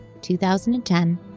2010